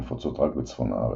נפוצות רק בצפון הארץ.